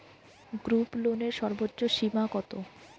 গ্রুপলোনের সর্বোচ্চ সীমা কত?